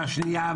השנייה,